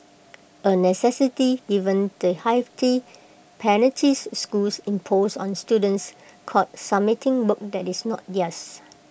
A necessity given the hefty penalties schools impose on students caught submitting work that is not theirs